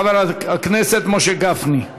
של חבר הכנסת ניסן סלומינסקי וקבוצת חברי כנסת,